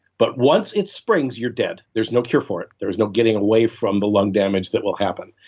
but once it springs, you're dead. there's no cure for it. there's no getting away from the lung damage that will happen.